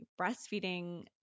breastfeeding